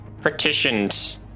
partitioned